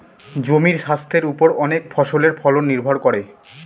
জমির স্বাস্থের ওপর অনেক ফসলের ফলন নির্ভর করে